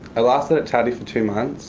i lasted at taldy for two months.